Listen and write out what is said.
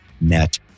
net